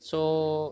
mm